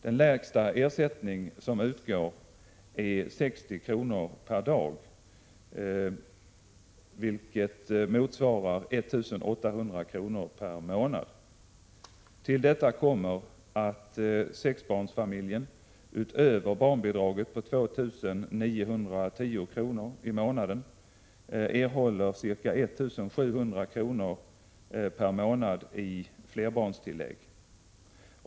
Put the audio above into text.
Den lägsta ersättning som utgår är 60 kr. per dag, vilket motsvarar 1 800 kr. per månad. Till detta kommer att sexbarnsfamiljen utöver barnbidraget på 2 910 kr. i månaden erhåller ca 1 700 kr. per månad i flerbarnstillägg.